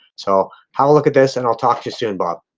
so have look at this and i'll talk to you soon bob.